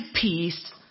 peace